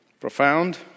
Profound